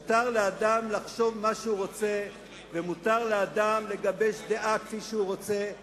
מותר לאדם לחשוב מה שהוא רוצה ומותר לאדם לגבש דעה כפי שהוא רוצה.